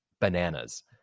bananas